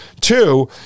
Two